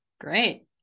Great